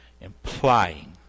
implying